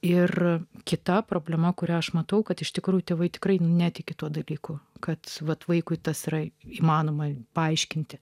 ir kita problema kurią aš matau kad iš tikrųjų tėvai tikrai netiki tuo dalyku kad vat vaikui tas yra įmanoma paaiškinti